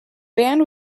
band